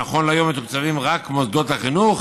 נכון להיום מתוקצבים רק מוסדות החינוך